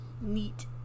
Neat